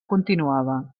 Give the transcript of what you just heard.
continuava